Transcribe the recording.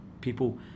people